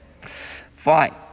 fine